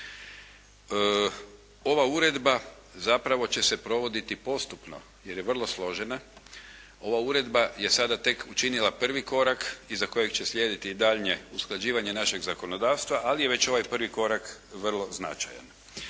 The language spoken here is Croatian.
Ova uredba zapravo će se provoditi postupno jer je vrlo složena. Ova uredba je sada tek učinila prvi korak iza kojeg će slijediti daljnje usklađivanje našeg zakonodavstva, ali je već ovaj prvi korak vrlo značajan.